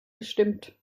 gestimmt